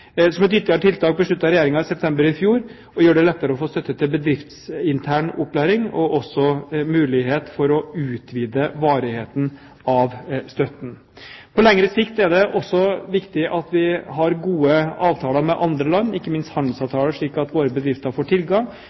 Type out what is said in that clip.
Som et ytterligere tiltak besluttet Regjeringen i september i fjor å gjøre det lettere å få støtte til bedriftsintern opplæring, med mulighet for å utvide varigheten av støtten. På lengre sikt er det også viktig at vi har gode avtaler med andre land, ikke minst handelsavtaler, slik at våre bedrifter får tilgang,